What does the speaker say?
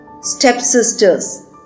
stepsisters